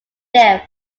there